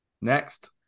Next